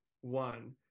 one